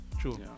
True